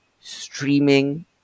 streaming